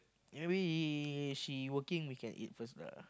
maybe she working we can eat first lah